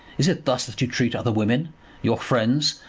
is it thus that you treat other women your friends,